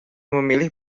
memilih